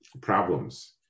problems